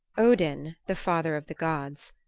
odin, the father of the gods,